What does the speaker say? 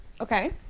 Okay